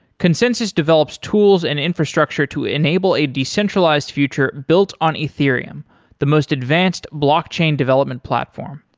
consensys develops tools and infrastructure to enable a decentralized future built on ethereum the most advanced blockchain development platform.